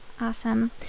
Awesome